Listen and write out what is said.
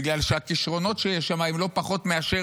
בגלל שהכישרונות שיש שם הם לא פחות מאשר